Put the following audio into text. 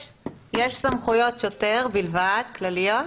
יש סמכויות שוטר בלבד, כלליות.